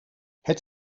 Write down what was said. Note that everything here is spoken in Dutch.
het